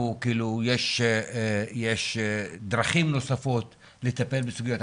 יש דרכים נוספות לטפל בסוגיות.